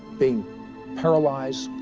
being paralyzed,